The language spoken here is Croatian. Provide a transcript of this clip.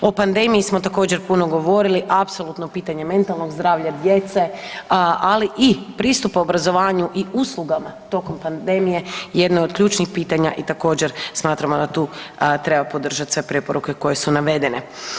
O pandemiji smo također puno govorili, apsolutno pitanje mentalnog zdravlja djece, ali i pristupa obrazovanju i uslugama tokom pandemije jedno je od ključnih pitanja i također smatramo da tu treba podržat sve preporuke koje su navedene.